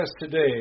today